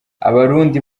abarundi